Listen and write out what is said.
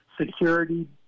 security